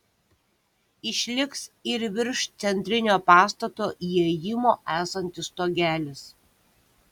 išliks ir virš centrinio pastato įėjimo esantis stogelis